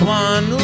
one